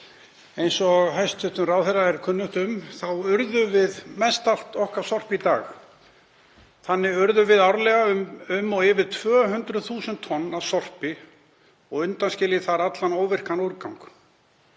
Eins og hæstv. ráðherra er kunnugt um urðum við mestallt okkar sorp í dag. Þannig urðum við árlega um og yfir 200.000 tonn af sorpi og undanskil ég þar allan óvirkan úrgang.